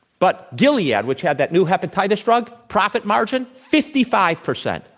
but diliad, which had that new hepatitis drug, profit margin fifty five percent.